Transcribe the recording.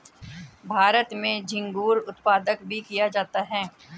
भारत में झींगुर उत्पादन भी किया जाता है